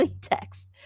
text